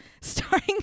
starring